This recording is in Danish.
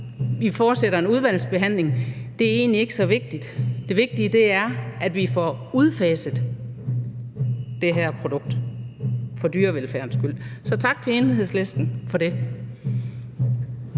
vi fortsætter en udvalgsbehandling, er egentlig ikke så vigtigt. Det vigtige er, at vi får udfaset det her produkt for dyrevelfærdens skyld. Så tak til Enhedslisten for det.